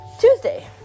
Tuesday